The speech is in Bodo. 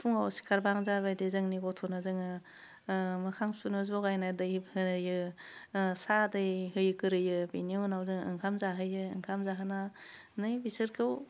फुङाव सिखारबा आं जाबायदि जोंनि गथ'नो जोङो ओह मोखां सुनो जगायना दै होयो ओह साहा दै होग्रोयो बेनि उनाव जोङो ओंखाम जाहोयो ओंखाम जाहोनानै बिसोरखौ